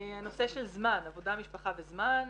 הנושא של זמן עבודה, משפחה וזמן.